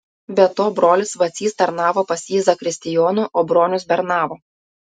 be to brolis vacys tarnavo pas jį zakristijonu o bronius bernavo